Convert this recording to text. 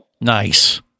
Nice